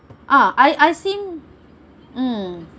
ah I I ask him mm